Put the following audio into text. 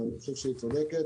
ואני חושב שהיא צודקת,